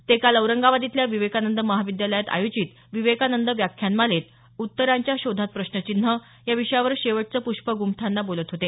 ते काल औरंगाबाद इथल्या विवेकानंद महाविद्यालात आयोजित विवेकानंद व्याख्यानमालेत उत्तरांच्या शोधात प्रश्नचिन्ह या विषयावर शेवटचं पुष्प गुंफतांना बोलत होते